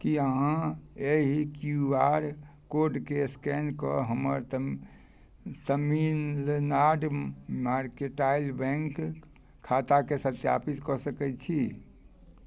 की अहाँ एहि Q R कोडके स्कैन कऽ हमर तमिलनाडु मर्केंटाइल बैँक खाताके सत्यापित कऽ सकै छी